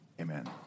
Amen